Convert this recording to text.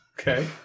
Okay